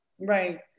right